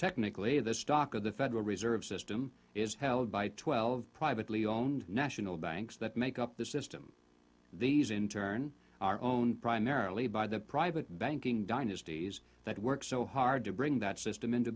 technically the stock of the federal reserve system is held by twelve privately owned national banks that make up the system these in turn are own primarily by the private banking dynasties that work so hard to bring that system into